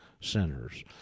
centers